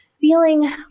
feeling